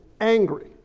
angry